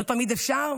לא תמיד אפשר,